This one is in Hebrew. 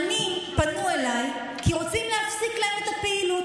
פנו אליי כי רוצים להפסיק להם את הפעילות.